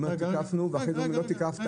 הוא אומר תיקפנו ואחרי כן אומרים, לא תיקפת.